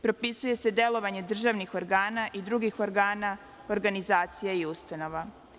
Propisuje se delovanje državnih organa i drugih organa, organizacija i ustanova.